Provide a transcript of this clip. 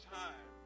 time